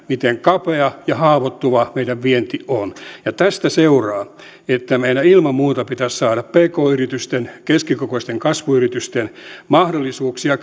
miten haavoittuvaa meidän vienti on ja tästä seuraa että meidän ilman muuta pitäisi saada pk yritysten keskikokoisten kasvuyritysten mahdollisuuksia